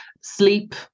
Sleep